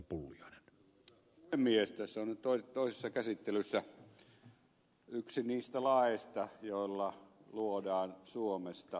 tässä on nyt toisessa käsittelyssä yksi niistä laeista joilla luodaan suomesta veroparatiisia